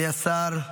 אדוני השר,